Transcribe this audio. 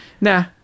Nah